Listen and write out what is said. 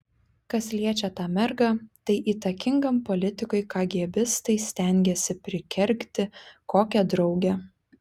kas liečia tą mergą tai įtakingam politikui kagėbistai stengiasi prikergti kokią draugę